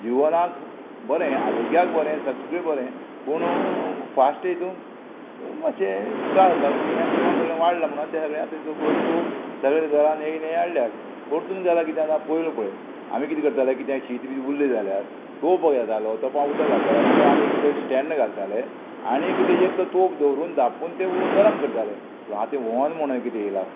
जिवनाक बरें आरोग्याक बरें सगळें बरें पुणू फास्ट हितून मातशें त्रास जाता म्हण हें जिवन सगळें वाडलां म्हणून तें सगळें आतां वोस्तू सगळे घरान नेये नेये हाडल्यात परतून जाला किदें आतां पयलू पळय आमी किदें करताले किदें शीत बी उरलें जाल्यार तोप घेतालो तोपां उदक घालतालो तितूंत आनी कितें स्टॅण्ड घालताले आनीक तेजेर तो तोप दवरून धापून तें गरम करताले पूण आंतां तें व्होवन म्हणून कितें येयला